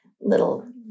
little